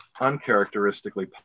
uncharacteristically